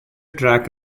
track